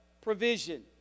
provision